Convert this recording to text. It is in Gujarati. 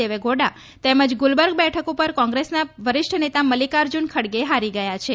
દેવેગોડા તેમજ ગુલબર્ગ બેઠક પર કોંત્રેસના વરિષ્ઠ નેતા મલ્લિકાર્જ્ન ખડગે હારી ગયા છે